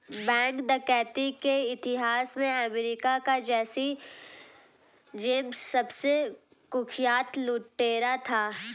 bank डकैती के इतिहास में अमेरिका का जैसी जेम्स सबसे कुख्यात लुटेरा था